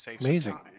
Amazing